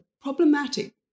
problematic